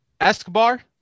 Escobar